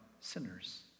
sinners